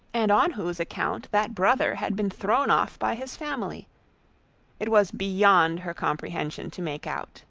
and on whose account that brother had been thrown off by his family it was beyond her comprehension to make out